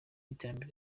y’iterambere